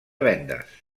vendes